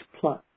plus